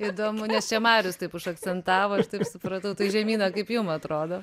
įdomu nes čia marius taip užakcentavo aš taip supratau tai žemyna kaip jum atrodo